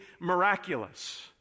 miraculous